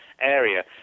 area